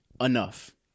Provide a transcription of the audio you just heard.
Enough